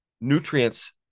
nutrients